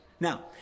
Now